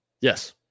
Yes